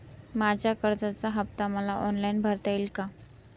माझ्या कर्जाचा हफ्ता मला ऑनलाईन भरता येईल का?